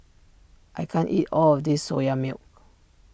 I can't eat all of this Soya Milk